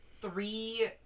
three